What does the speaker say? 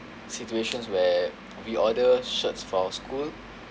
situations where we order shirts for school